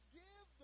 give